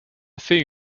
fait